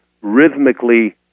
rhythmically